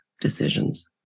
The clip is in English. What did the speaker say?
decisions